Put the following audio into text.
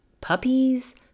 puppies